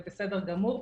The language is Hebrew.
זה בסדר גמור,